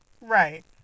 Right